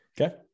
Okay